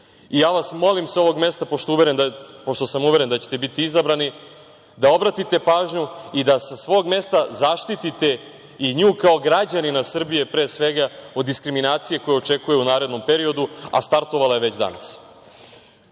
vas molim sa ovog mesta, pošto sam uveren da ćete biti izabrani, da obratite pažnju i da sa svog mesta zaštitite i nju kao građanina Srbije, pre svega, od diskriminacije koju očekuje u narednom periodu, a startovala je već danas. Lepo